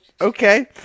Okay